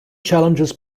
challenges